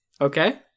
okay